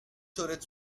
storage